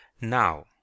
Now